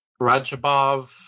Rajabov